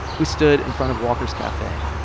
we stood in front of walker's cafe.